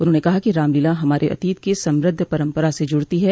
उन्होंने कहा कि रामलीला हमारे अतीत की समृद्ध परम्परा से जुड़ती है